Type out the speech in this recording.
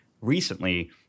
recently